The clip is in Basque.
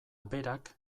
berak